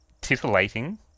titillating